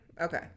Okay